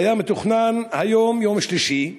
שהיה מתוכנן להיום, יום שלישי,